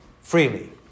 freely